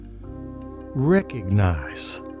recognize